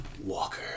Walker